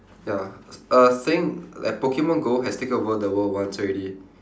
ya a thing like pokemon go has taken over the world once already